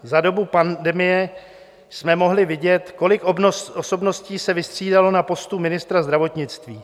Za dobu pandemie jsme mohli vidět, kolik osobností se vystřídalo na postu ministra zdravotnictví.